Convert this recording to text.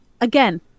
again